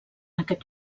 aquest